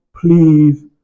please